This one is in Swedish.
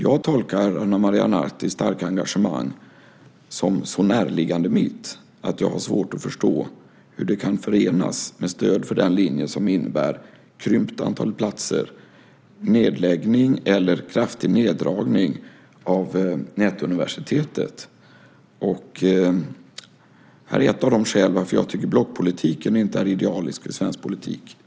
Jag tolkar Ana Maria Nartis starka engagemang som så närliggande mitt att jag har svårt att förstå hur det kan förenas med stöd för den linje som innebär krympt antal platser och nedläggning eller kraftig neddragning av Nätuniversitetet. Här är ett av skälen till att jag inte tycker att blockpolitiken är idealisk i svensk politik.